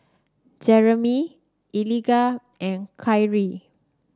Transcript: Jeremie Eliga and Kyree